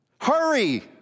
Hurry